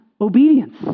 obedience